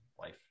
life